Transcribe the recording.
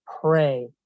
pray